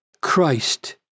Christ